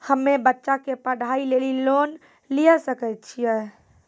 हम्मे बच्चा के पढ़ाई लेली लोन लिये सकय छियै?